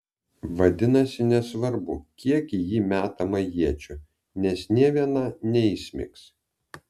vadinasi nesvarbu kiek į jį metama iečių nes nė viena neįsmigs